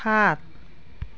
সাত